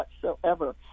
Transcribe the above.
whatsoever